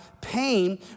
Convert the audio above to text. pain